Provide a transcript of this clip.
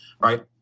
right